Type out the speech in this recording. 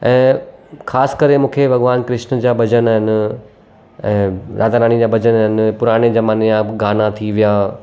ऐं ख़ासि करे मूंखे भॻवानु कृष्ण जा भॼन आहिनि ऐं राधा रानी जा भॼन आहिनि पुराणे ज़माने जा गाना थी विया